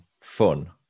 fun